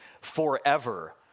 forever